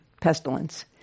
pestilence